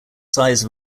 size